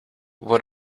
what